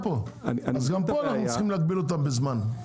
גם פה אנחנו צריכים להגביל אותם בזמן.